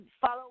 follow